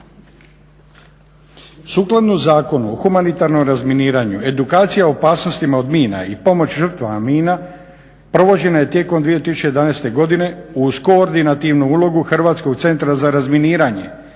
Sukladno Zakonu o humanitarnom razminiranju, edukacija o opasnostima od mina i pomoć žrtvama mina provođena je tijekom 2011. godine uz koordinativnu ulogu Hrvatskog centra za razminiranje